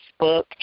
Facebook